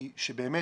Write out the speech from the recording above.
היא - באמת